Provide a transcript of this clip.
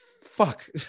fuck